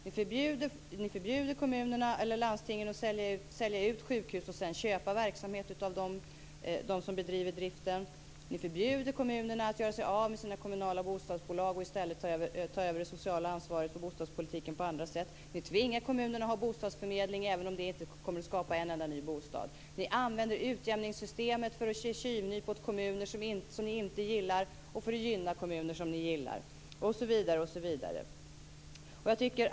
Ni förbjuder landstingen att sälja ut sjukhus och sedan köpa verksamhet av dem som bedriver driften. Ni förbjuder kommunerna att göra sig av med sina kommunala bostadsbolag och i stället ta över det sociala ansvaret för bostadspolitiken på andra sätt. Ni tvingar kommunerna att ha bostadsförmedling, även om det inte kommer att skapa en enda ny bostad. Ni använder utjämningssystemet för att ge tjuvnyp åt kommuner som ni inte gillar och för att gynna kommuner som ni gillar, osv.